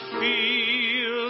feel